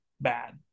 bad